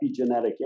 epigenetic